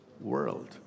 world